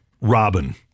Robin